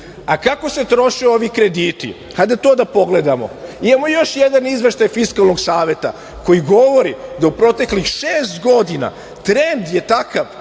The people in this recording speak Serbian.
A kako se troše ovi krediti, hajde to da pogledamo? Imamo još jedan izveštaj Fiskalnog saveta, koji govori da u proteklih šest godina trend je takav